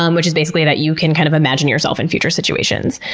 um which is basically that you can kind of imagine yourself in future situations.